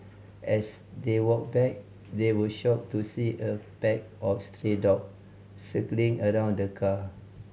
as they walked back they were shocked to see a pack of stray dog circling around the car